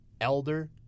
Elder